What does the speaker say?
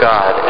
God